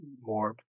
more